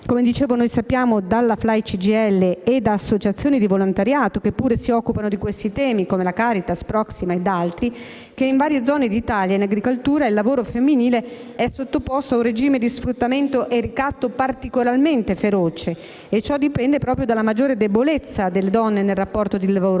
è particolarmente forte - e da associazioni di volontariato, che pure si occupano di siffatti temi - la Caritas, Proxima e altre - apprendiamo che in varie zone d'Italia, in agricoltura, il lavoro femminile è sottoposto a un regime di sfruttamento e di ricatto particolarmente feroce. Ciò dipende proprio dalla maggiore debolezza delle donne nel rapporto di lavoro